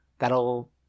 That'll